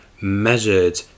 measured